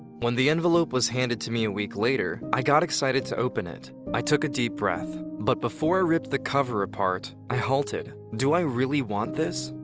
when the envelope was handed to me a week later i got excited to open it. i took a deep breath, but before i ripped the cover apart i halted do i really want this?